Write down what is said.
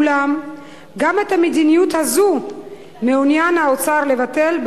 אולם גם את המדיניות הזו מעוניין האוצר לבטל,